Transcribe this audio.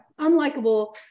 unlikable